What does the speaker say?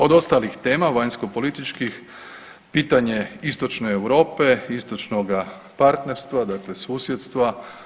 Od ostalih tema vanjskopolitičkih, pitanje Istočne Europe, istočnoga partnerstva dakle susjedstva.